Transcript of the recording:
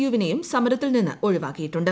U വിനെയും സമരത്തിൽ നിന്ന് ഒഴിവാക്കിയിട്ടുണ്ട്